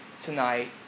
tonight